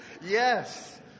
Yes